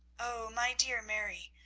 oh, my dear mary,